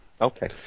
okay